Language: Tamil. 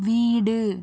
வீடு